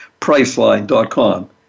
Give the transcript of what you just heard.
Priceline.com